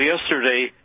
yesterday